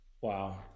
wow